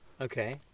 Okay